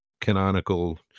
canonical